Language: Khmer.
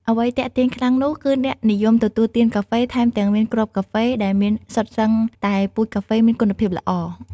អ្វីទាក់ទាញខ្លាំងនោះ គឺអ្នកនិយមទទួលទានកាហ្វេ ថែមទាំងមានគ្រាប់កាហ្វេ ដែលមានសុទ្ធសឹងតែពូជកាហ្វេមានគុណភាពល្អ។